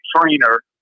trainer